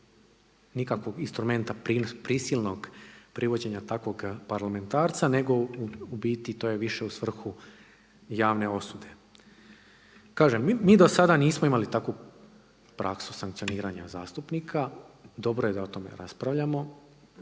nikakvog instrumenta prisilnog privođenja takvoga parlamentarca nego u biti to je više u svrhu javne osude. Kažem mi dosada nismo imali takvu praksu sankcioniranja zastupnika. Dobro je da o tome raspravljamo.